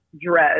dread